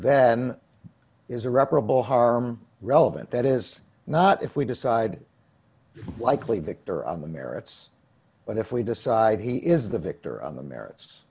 then is irreparable harm relevant that is not if we decide likely victor on the merits but if we decide he is the victor on the merits